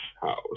house